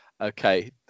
Okay